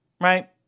right